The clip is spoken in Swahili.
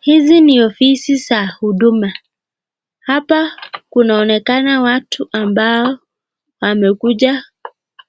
Hizi ni ofisi za huduma, hapa inaonekana watu ambao wamekuja